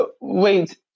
wait